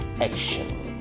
action